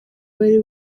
bari